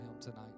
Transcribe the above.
tonight